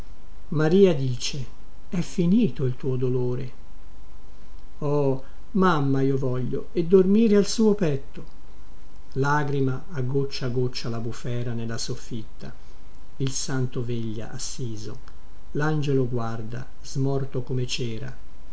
maria diceè finito il tuo dolore oh mamma io voglio e dormire al suo petto lagrima a goccia a goccia la bufera nella soffitta il santo veglia assiso langelo guarda smorto come cera